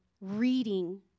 reading